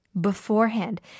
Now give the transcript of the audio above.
beforehand